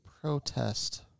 protest